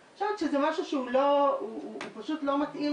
אני חושבת שזה משהו שהוא פשוט לא מתאים